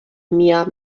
mia